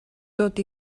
tot